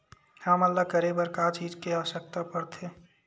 हमन ला करे बर का चीज के आवश्कता परथे?